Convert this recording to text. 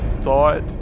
thought